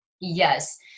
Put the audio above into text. Yes